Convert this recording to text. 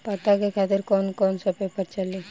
पता के खातिर कौन कौन सा पेपर चली?